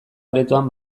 aretoan